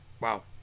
Wow